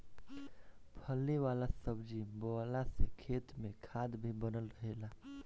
फली वाला सब्जी बोअला से खेत में खाद भी बनल रहेला